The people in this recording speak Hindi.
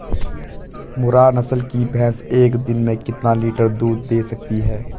मुर्रा नस्ल की भैंस एक दिन में कितना लीटर दूध दें सकती है?